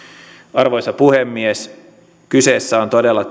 arvoisa puhemies kyseessä on todella